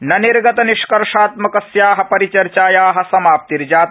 न निर्गत निष्कर्षात्मकस्या परिचर्चाया समाप्तिर्जाता